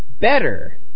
Better